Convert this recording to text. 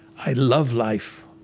i love life.